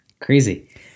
crazy